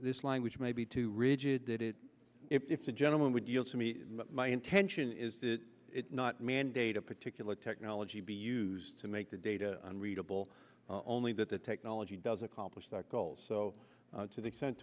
this language may be too rigid that it if the gentleman would yield to me my intention is that it not mandate a particular technology be used to make the data unreadable only that the technology doesn't accomplish that goal so to the